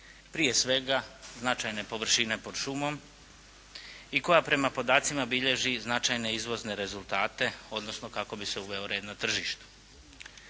Prije svega značajne površine pod šumom i koja prema podacima bilježi i značajne izvozne rezultate, odnosno kako bi se uveo red na tržištu.